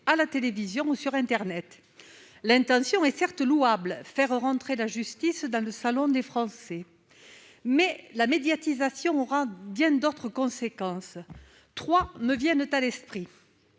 à la télévision ou sur internet. L'intention est certes louable : faire entrer la justice dans le salon des Français. Mais la médiatisation aura bien d'autres conséquences ... Trois en particulier me viennent à l'esprit.